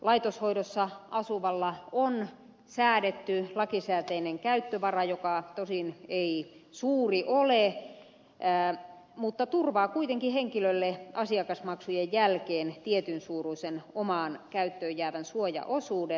laitoshoidossa asuvalla on säädetty lakisääteinen käyttövara joka tosin ei suuri ole mutta turvaa kuitenkin henkilölle asiakasmaksujen jälkeen tietyn suuruisen omaan käyttöön jäävän suojaosuuden